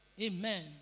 Amen